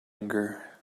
anger